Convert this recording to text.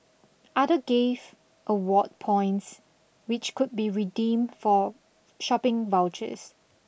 other gave award points which could be redeemed for shopping vouchers